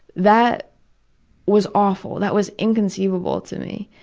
that was awful. that was inconceivable to me.